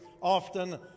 often